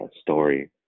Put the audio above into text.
story